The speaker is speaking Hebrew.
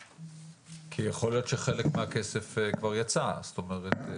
כי יכול להיות שחלק מהכסף כבר יצא, זאת אומרת,